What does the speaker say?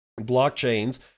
blockchains